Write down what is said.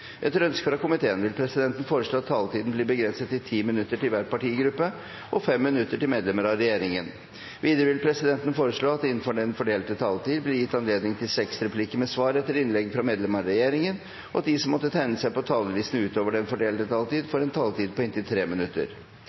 Etter ønske fra komiteen vil presidenten foreslå at taletiden blir begrenset til 10 minutter til hver partigruppe og 5 minutter til medlemmer av regjeringen. Videre vil presidenten foreslå at det – innenfor den fordelte taletid – blir gitt anledning til seks replikker med svar etter innlegg fra medlemmer av regjeringen, og at de som måtte tegne seg på talerlisten utover den fordelte taletid, får en taletid på inntil 3 minutter.